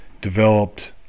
developed